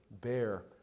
bear